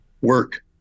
work